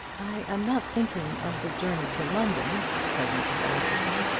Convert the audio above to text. i am not thinking of the journey to london, said mrs. askerton,